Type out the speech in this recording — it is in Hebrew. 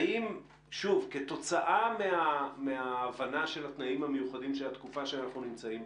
האם כתוצאה מההבנה של התנאים המיוחדים של התקופה בה אנחנו נמצאים,